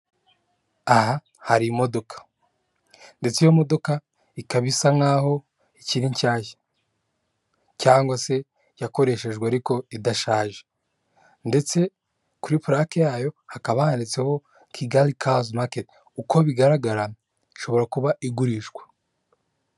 Aha hari imodoka ndetse iyo modoka ikaba isa nkaho ikiri nshya cyangwa se yakoreshejwe ariko idashaje ndetse kuri plaque yayo hakaba haditseho kigali cars makert uko bigaragara ishobora kuba igurishwa.